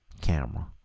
Camera